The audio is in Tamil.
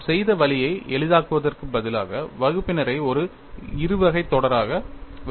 நாம் செய்த வழியை எளிதாக்குவதற்குப் பதிலாக வகுப்பினரை ஒரு இருவகைத் தொடராக வெளிப்படுத்தலாம்